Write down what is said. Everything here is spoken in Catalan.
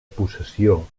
possessió